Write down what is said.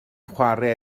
chwarae